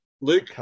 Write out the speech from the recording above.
Luke